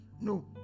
No